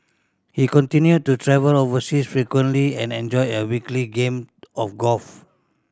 he continued to travel overseas frequently and enjoyed a weekly game of golf